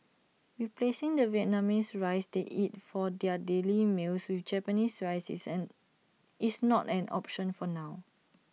replacing the Vietnamese rice they eat for their daily meals with Japanese rice is an is not an option for now